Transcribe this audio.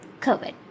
covid